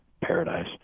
Paradise